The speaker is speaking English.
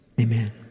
Amen